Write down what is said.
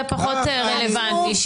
זה פחות רלוונטי,